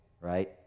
right